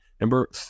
Number